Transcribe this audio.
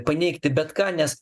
paneigti bet ką nes